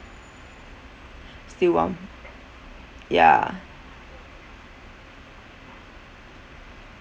still warm ya